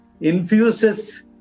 infuses